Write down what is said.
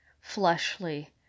fleshly